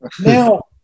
Now